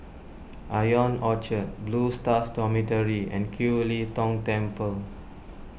Ion Orchard Blue Stars Dormitory and Kiew Lee Tong Temple